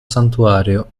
santuario